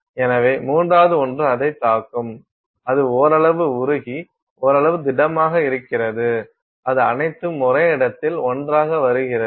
எனவே மூன்றாவது ஒன்று அதைத் தாக்கும் அது ஓரளவு உருகி ஓரளவு திடமாக இருக்கிறது அது அனைத்தும் ஒரே இடத்தில் ஒன்றாக வருகிறது